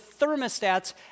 thermostats